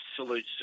absolute